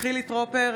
חילי טרופר,